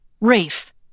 Rafe